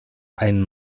ein